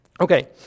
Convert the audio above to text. Okay